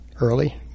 early